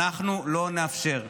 אנחנו לא נאפשר אותו.